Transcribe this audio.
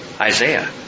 Isaiah